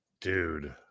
Dude